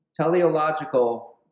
teleological